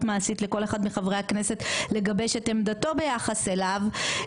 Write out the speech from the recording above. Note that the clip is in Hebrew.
מעשית לכל אחד מחברי הכנסת לגבש את עמדתו ביחס אליו,